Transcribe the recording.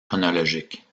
chronologique